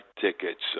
tickets